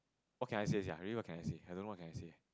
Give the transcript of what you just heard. what can I say sia really what can I say I don't know what can I say